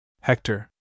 Hector